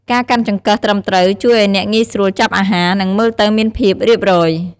ការកាន់ចង្កឹះត្រឹមត្រូវ ជួយឱ្យអ្នកងាយស្រួលចាប់អាហារ និងមើលទៅមានភាពរៀបរយ។